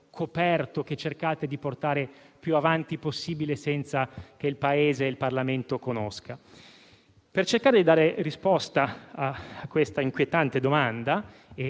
nascosto che cercate di portare più avanti possibile, senza che il Paese e il Parlamento lo conoscano. Per cercare di dare risposta a questa inquietante domanda e,